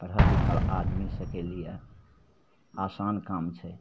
पढ़ल लिखल आदमी सभके लिए आसान काम छै